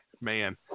man